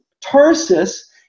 Tarsus